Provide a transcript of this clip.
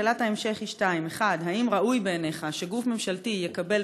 שאלת ההמשך היא שתיים: 1. האם ראוי בעיניך שגוף ממשלתי יקבל